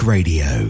Radio